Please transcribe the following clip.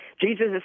Jesus